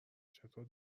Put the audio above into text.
چطور